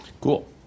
Cool